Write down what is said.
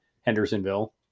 Hendersonville